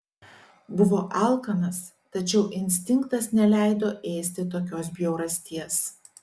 buvo alkanas tačiau instinktas neleido ėsti tokios bjaurasties